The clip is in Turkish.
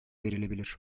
verilebilir